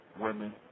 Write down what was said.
women